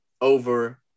over